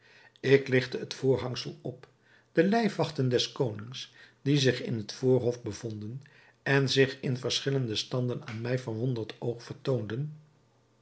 ik ligtte het voorhangsel op de lijfwachten des konings die zich in het voorhof bevonden en zich in verschillende standen aan mijn verwonderd oog vertoonden